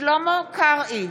שלמה קרעי,